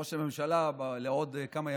ראש הממשלה לעוד כמה ימים,